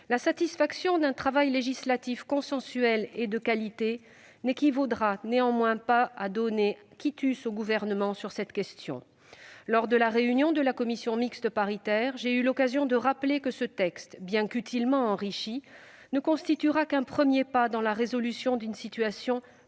La satisfaction d'un travail législatif consensuel et de qualité n'équivaudra néanmoins pas à donner quitus au Gouvernement sur cette question. Lors de la réunion de la commission mixte paritaire, j'ai eu l'occasion de rappeler que ce texte, bien qu'utilement enrichi, ne constituera qu'un premier pas dans la résolution d'une situation